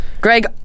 Greg